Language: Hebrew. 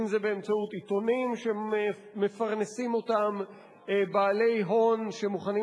אם באמצעות עיתונים שמפרנסים אותם בעלי הון שמוכנים